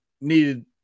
needed